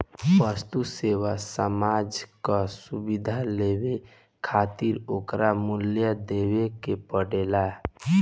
वस्तु, सेवा, सामान कअ सुविधा लेवे खातिर ओकर मूल्य देवे के पड़ेला